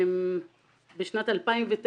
בשנת 2009,